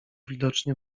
widocznie